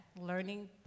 learning